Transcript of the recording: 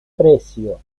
precio